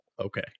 okay